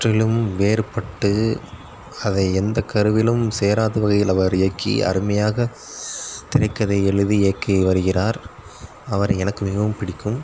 முற்றிலும் வேறுபட்டு அதை எந்த கருவிலும் சேராத வகையில் அவர் இயக்கி அருமையாக திரைக்கதை எழுதி இயக்கி வருகிறார் அவர் எனக்கு மிகவும் பிடிக்கும்